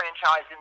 franchise